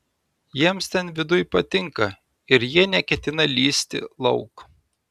jiems ten viduj patinka ir jie neketina lįsti lauk